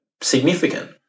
significant